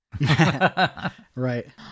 right